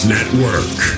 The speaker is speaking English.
Network